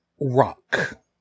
rock